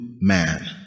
man